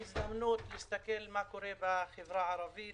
זו הזדמנות להסתכל על מה שקורה בחברה הערבית